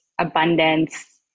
abundance